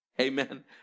Amen